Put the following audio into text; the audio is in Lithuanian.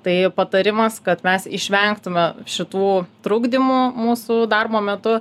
tai patarimas kad mes išvengtume šitų trukdymų mūsų darbo metu